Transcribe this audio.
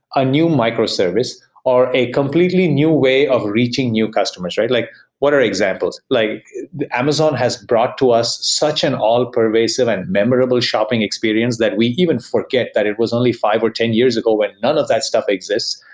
a new microservice microservice or a completely new way of reaching new customers. like what are examples? like amazon has brought to us such an all pervasive and memorable shopping experience that we even forget that it was only five or ten years ago when none of that stuff exists.